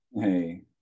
hey